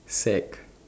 sack